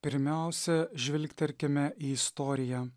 pirmiausia žvilgtelkime į istoriją